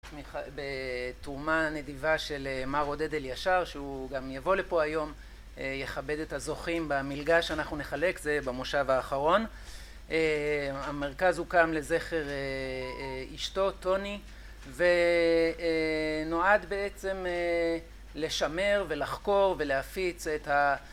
בתרומה הנדיבה של מר עודד אלישר שהוא גם יבוא לפה היום, יכבד את הזוכים במלגה שאנחנו נחלק זה במושב האחרון המרכז הוקם לזכר אשתו טוני ונועד בעצם לשמר ולחקור ולהפיץ את